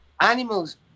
animals